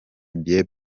bieber